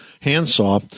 handsaw